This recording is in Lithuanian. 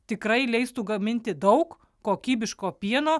tikrai leistų gaminti daug kokybiško pieno